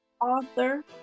author